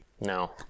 no